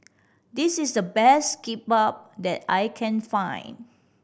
this is the best Kimbap that I can find